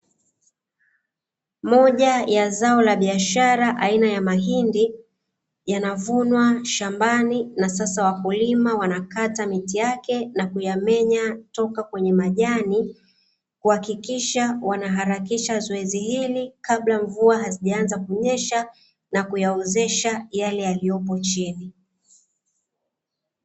Moja ya zao la biashara, aina ya mahindi, yanavunwa shambani, na sasa wakulima wanakata miti yake na kuyamenya toka kwenye majani kuhakikisha wanaharakisha zoezi hili kabla mvua hazijaanza kunyesha na kuyaozesha yale yaliopo chini.